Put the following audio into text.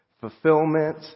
fulfillment